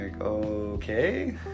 okay